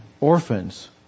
orphans